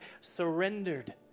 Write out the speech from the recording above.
surrendered